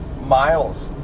Miles